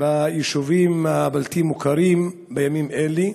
ביישובים הבלתי-מוכרים, בימים האלה,